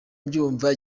mbyumva